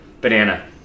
banana